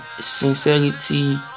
sincerity